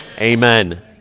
Amen